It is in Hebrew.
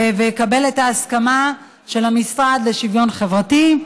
ויקבל את ההסכמה של המשרד לשוויון חברתי,